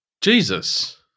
Jesus